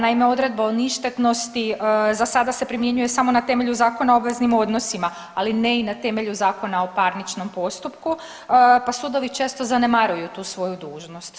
Naime, odredba o ništetnosti za sada se primjenjuje samo na temelju Zakona o obveznim odnosima, ali ne i na temelju Zakona o parničnom postupku pa sudovi često zanemaruju tu svoju dužnost.